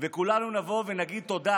וכולנו נבוא ונגיד תודה,